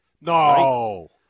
No